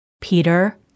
Peter